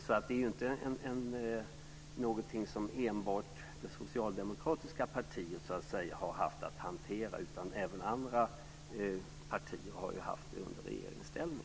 Så detta är ju inte någonting som enbart det socialdemokratiska partiet har haft att hantera. Även andra partier har ju haft att hantera det under regeringsställning.